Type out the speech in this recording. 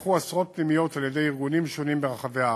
נפתחו עשרות פנימיות על-ידי ארגונים שונים ברחבי הארץ,